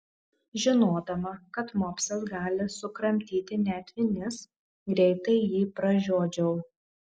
žinodama kad mopsas gali sukramtyti net vinis greitai jį pražiodžiau